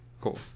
cool